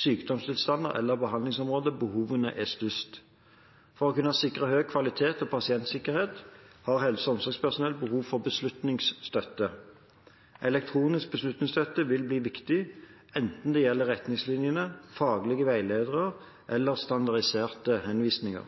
sykdomstilstander eller på hvilke behandlingsområder behovet er størst. For å kunne sikre høy kvalitet og pasientsikkerhet har helse- og omsorgspersonell behov for beslutningsstøtte. Elektronisk beslutningsstøtte vil bli viktig, enten det gjelder retningslinjer, faglige veiledere eller standardiserte henvisninger.